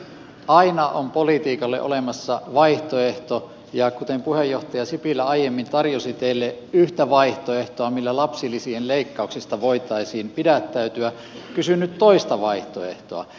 aina on politiikalle olemassa vaihtoehto ja kuten puheenjohtaja sipilä aiemmin tarjosi teille yhtä vaihtoehtoa millä lapsilisien leikkauksista voitaisiin pidättäytyä kysyn nyt toista vaihtoehtoa